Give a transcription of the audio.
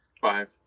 Five